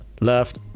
left